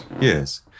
Yes